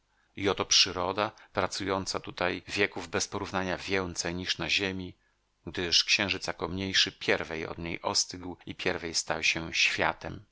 i oto przyroda pracując tutaj wieków bez porównania więcej niż na ziemi gdyż księżyc jako mniejszy pierwej od niej ostygł i pierwej stał się światem